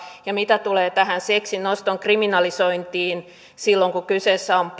mitä tulee tähän seksin oston kriminalisointiin silloin kun kyseessä on